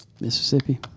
Mississippi